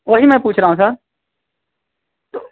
वही मैं पूछ रहा हूँ सर तो